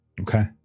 Okay